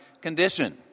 condition